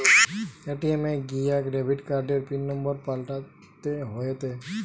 ATM এ গিয়া debit কার্ডের পিন নম্বর পাল্টাতে হয়েটে